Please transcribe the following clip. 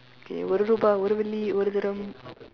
K ஒரு ரூபாய் ஒரு வெள்ளி ஒரு தரம்: oru ruupaay oru velli oru tharam